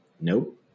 Nope